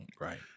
Right